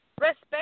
respect